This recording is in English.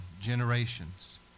generations